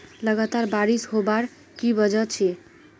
लगातार बारिश होबार की वजह छे?